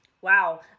Wow